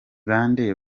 bande